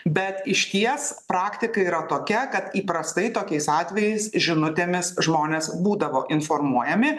bet išties praktika yra tokia kad įprastai tokiais atvejais žinutėmis žmonės būdavo informuojami